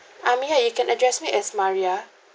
I mean ah you can address me as maria